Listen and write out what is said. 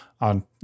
on